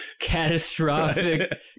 catastrophic